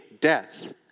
death